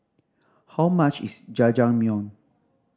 how much is Jajangmyeon